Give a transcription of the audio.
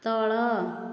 ତଳ